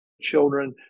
children